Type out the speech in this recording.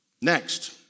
Next